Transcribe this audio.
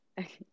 Okay